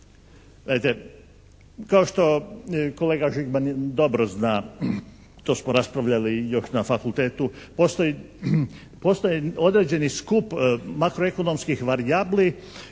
Gledajte, kao što kolega Žigman dobro zna, to smo raspravljali još na fakultetu, postoje određeni skup makroekonomskih varijabli